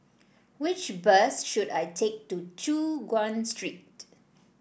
which bus should I take to Choon Guan Street